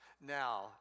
Now